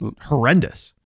horrendous